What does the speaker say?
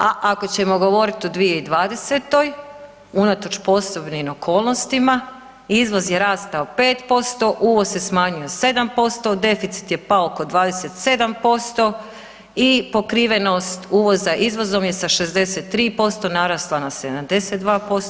A ako ćemo govoriti o 2020., unatoč posebnim okolnostima izvoz je rastao 5%, uvoz se smanjuje 7%, deficit je pao oko 27% i pokrivenost uvoza izvozom je sa 63% naraslo na 72%